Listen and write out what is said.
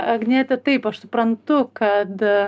agniete taip aš suprantu kad